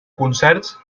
concerts